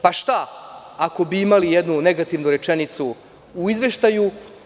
Pa šta ako bi imali jednu negativnu rečenicu u izveštaju?